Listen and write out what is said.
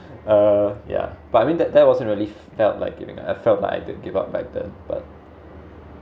uh yeah but I mean that that wasn't really felt like giving I felt like I've been give up by then but